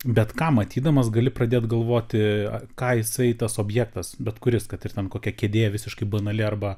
bet ką matydamas gali pradėt galvoti ką jisai tas objektas bet kuris kad ir ten kokia kėdė visiškai banali arba